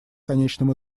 конечном